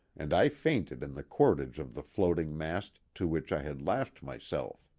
and i fainted in the cordage of the floating mast to which i had lashed myself.